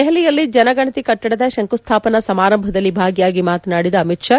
ದೆಹಲಿಯಲ್ಲಿ ಜನಗಣತಿ ಕಟ್ಟಡದ ಶಂಕುಸ್ಟಾಪನಾ ಸಮಾರಂಭದಲ್ಲಿ ಭಾಗಿಯಾಗಿ ಮಾತನಾಡಿದ ಅಮಿತ್ ಶಾ